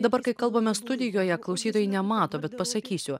dabar kai kalbame studijoje klausytojai nemato bet pasakysiu